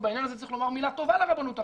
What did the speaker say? ובעניין הזה צריך לומר מילה טובה לרבנות הראשית.